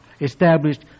Established